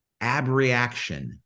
abreaction